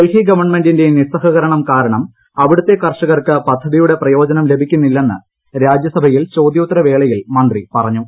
ഡൽഹി ഗവൺമെന്റിന്റെ നിസ്റ്റഹകരണം കാരണം അവിടത്തെ കർഷകർക്ക് പദ്ധതിയുടെ പ്രയോജനം ലഭിക്കുന്നില്ലെന്ന് രാജ്യസഭയിൽ ചോദ്യോത്തര വേളയിൽ മന്ത്രി പറഞ്ഞു